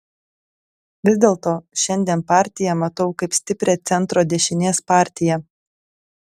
vis dėlto šiandien partiją matau kaip stiprią centro dešinės partiją